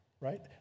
right